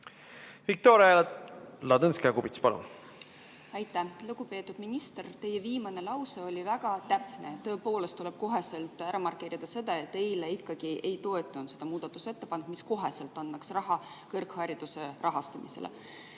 Viktoria Ladõnskaja-Kubits, palun! Aitäh! Lugupeetud minister! Teie viimane lause oli väga täpne. Tõepoolest, tuleb kohe ära markeerida seda, et eile ikkagi ei toetatud seda muudatusettepanekut, mis koheselt annaks raha kõrghariduse rahastamisele.